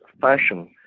fashion